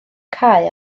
cae